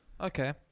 Okay